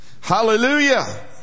hallelujah